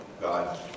God